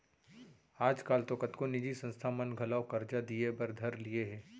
आज काल तो कतको निजी संस्था मन घलौ करजा दिये बर धर लिये हें